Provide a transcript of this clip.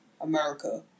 america